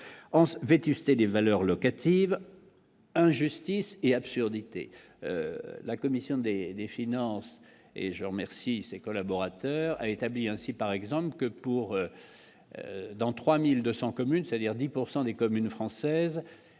se vétusté des valeurs locatives. Injustice et absurdités, la commission des des finances et je remercie ses collaborateurs a établi ainsi par exemple que pour dans 3200 communes, c'est-à-dire 10 pourcent des communes françaises,